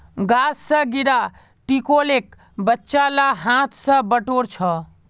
गाछ स गिरा टिकोलेक बच्चा ला हाथ स बटोर छ